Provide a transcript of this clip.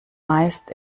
meistens